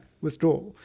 withdraw